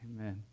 Amen